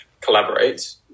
collaborate